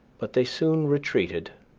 but they soon retreated,